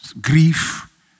grief